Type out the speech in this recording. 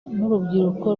n’urubyiruko